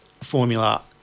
formula